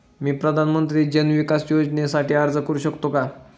मी प्रधानमंत्री जन विकास योजनेसाठी अर्ज करू शकतो का?